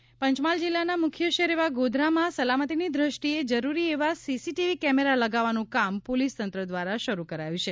Godhra CCTV Panchmahal જીલ્લાના મુખ્ય શહેર એવા ગોધરામાં સલામતીની દ્રષ્ટિએ જરૂરી એવા સીસીટીવી કેમેરા લગાવવાનું કામ પોલીસતંત્ર દ્વારા શરૂ કરાયું છે